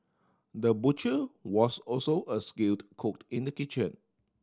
the butcher was also a skilled cooked in the kitchen